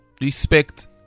respect